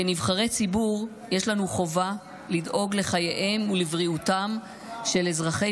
כנבחרי ציבור יש לנו חובה לדאוג לחייהם ולבריאותם של אזרחי